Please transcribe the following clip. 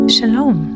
Shalom